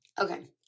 Okay